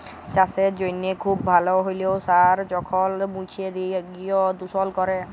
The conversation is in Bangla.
চাসের জনহে খুব ভাল হ্যলেও সার যখল মুছে গিয় দুষল ক্যরে